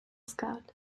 scout